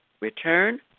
return